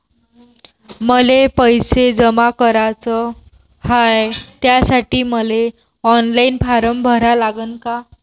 मले पैसे जमा कराच हाय, त्यासाठी मले ऑनलाईन फारम भरा लागन का?